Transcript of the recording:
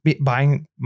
buying